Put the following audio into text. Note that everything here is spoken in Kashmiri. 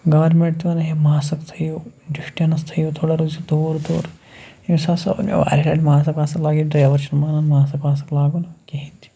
گورمٮ۪نٛٹ تہِ وَنان ہے ماسٕک تھٔیِو ڈِسٹَنٕس تھٔیِو تھوڑا روٗزِو دوٗر دوٗر ییٚمِس ہَسا ووٚن مےٚ واریاہ لَٹہِ ماسٕک واسٕک لٲگِو ڈرایوَر چھُنہٕ مانان ماسٕک واسٕک لاگُن کِہیٖنۍ تہِ